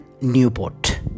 Newport